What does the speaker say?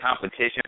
competition